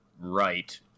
right